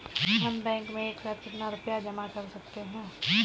हम बैंक में एक साथ कितना रुपया जमा कर सकते हैं?